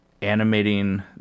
animating